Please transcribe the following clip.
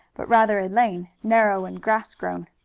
but rather a lane, narrow and grass-grown.